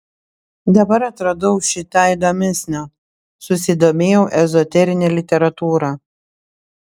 dabar atradau šį tą įdomesnio susidomėjau ezoterine literatūra